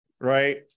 right